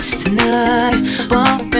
tonight